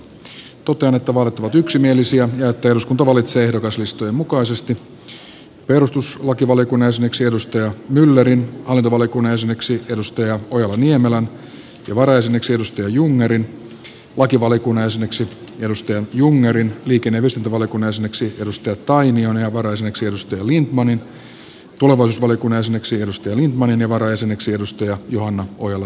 totean että vaalit ovat yksimielisiä ja että eduskunta valitsee ehdokaslistojen mukaisesti perustuslakivaliokunnan jäseneksi riitta myllerin hallintovaliokunnan jäseneksi johanna ojala niemelän ja varajäseneksi mikael jungnerin lakivaliokunnan jäseneksi mikael jungnerin liikenne ja viestintävaliokunnan jäseneksi hanna tainion ja varajäseneksi antti lindtmanin tulevaisuusvaliokunnan jäseneksi antti lindtmanin ja varajäseneksi johanna ojala